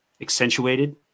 accentuated